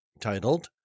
titled